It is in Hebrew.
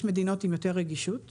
יש מדינות עם יותר רגישות --- לא,